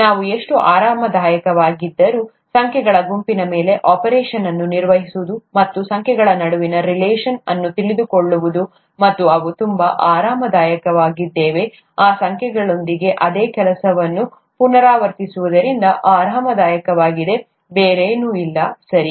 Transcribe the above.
ನಾವು ಎಷ್ಟು ಆರಾಮದಾಯಕವಾಗಿದ್ದರೂ ಸಂಖ್ಯೆಗಳ ಗುಂಪಿನ ಮೇಲೆ ಆಪರೇಷನ್ ಅನ್ನು ನಿರ್ವಹಿಸುವುದು ಮತ್ತು ಸಂಖ್ಯೆಗಳ ನಡುವಿನ ರಿಲೇಶನ್ ಅನ್ನು ತಿಳಿದುಕೊಳ್ಳುವುದು ಮತ್ತು ನಾವು ತುಂಬಾ ಆರಾಮದಾಯಕವಾಗಿದ್ದೇವೆ ಆ ಸಂಖ್ಯೆಗಳೊಂದಿಗೆ ಅದೇ ಕೆಲಸವನ್ನು ಪುನರಾವರ್ತಿಸುವುದರಿಂದ ಆರಾಮದಾಯಕವಾಗಿದೆ ಬೇರೇನೂ ಇಲ್ಲ ಸರಿ